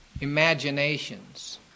Imaginations